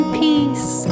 peace